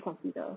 consider